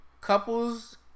Couples